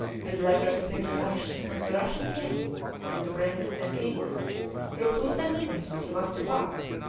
with letters of introduction from the russian king to the princes and kings through whose dominions he was to pass,